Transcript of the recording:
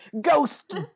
ghost